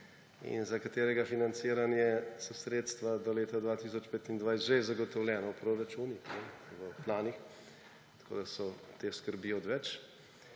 in za katerega financiranje so sredstva do leta 2025 že zagotovljena v proračunih, v planih, tako so te skrbi odveč.